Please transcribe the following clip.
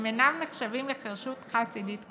הם אינם נחשבים לחירשות חד-צידית קבועה,